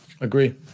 agree